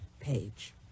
page